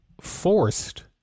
forced